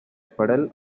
puddle